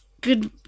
good